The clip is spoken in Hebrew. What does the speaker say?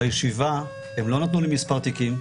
בישיבה הם לא נתנו לי מספר תיקים,